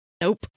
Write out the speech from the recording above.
Nope